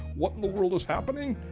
what in the world is happening?